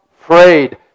afraid